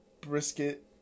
brisket